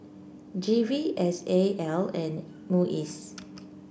G V S A L and MUIS